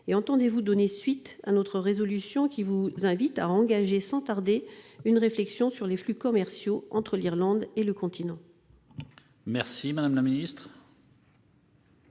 ? Entendez-vous donner suite à notre résolution, qui vous invite à engager sans tarder une réflexion sur les flux commerciaux entre l'Irlande et le continent ? La parole est à Mme la ministre.